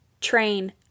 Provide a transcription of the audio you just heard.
train